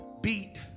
beat